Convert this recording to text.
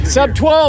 Sub-12